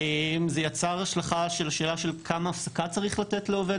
זה יצר השלכה על השאלה של כמה הפסקה צריך לתת לעובד